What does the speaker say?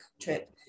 trip